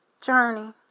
journey